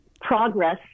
progress